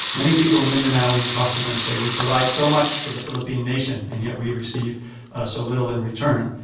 many people in mindanao when you talk to them say we provide so much for the philippine nation and yet we receive so little in return.